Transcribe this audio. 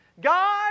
God